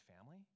family